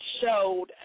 showed